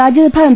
Rajya Sabha M